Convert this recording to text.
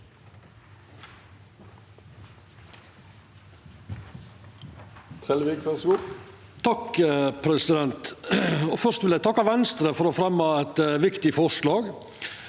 Først vil eg takka Venstre for å fremja eit viktig forslag.